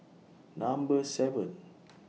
Number seven